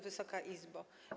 Wysoka Izbo!